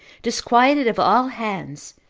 disquieted of all hands,